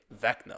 Vecna